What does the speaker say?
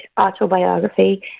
autobiography